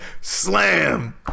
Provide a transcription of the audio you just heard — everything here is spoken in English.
Slam